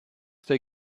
der